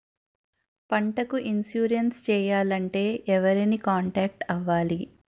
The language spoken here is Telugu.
పంటకు ఇన్సురెన్స్ చేయాలంటే ఎవరిని కాంటాక్ట్ అవ్వాలి?